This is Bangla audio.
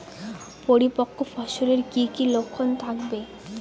পরিপক্ক ফসলের কি কি লক্ষণ থাকবে?